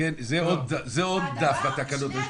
זה עוד דף בתקנות.